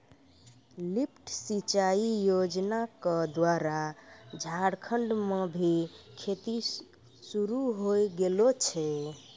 lift सिंचाई योजना क द्वारा झारखंड म भी खेती शुरू होय गेलो छै